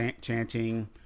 chanting